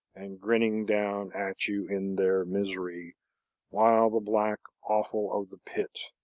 and grinning down at you in their misery while the black offal of the pit,